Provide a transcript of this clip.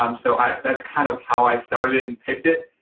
um so that's kind of how i started and picked it.